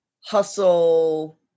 hustle